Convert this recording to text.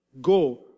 go